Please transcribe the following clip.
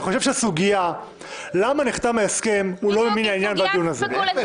אני חושב שהסוגיה למה נחתם ההסכם הוא לא ממין העניין בדיון הזה.